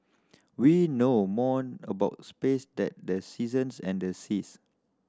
we know more about space than the seasons and the seas